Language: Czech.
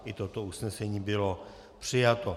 I toto usnesení bylo přijato.